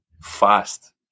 fast